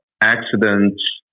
accidents